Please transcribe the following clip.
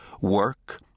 Work